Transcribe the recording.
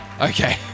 Okay